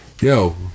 Yo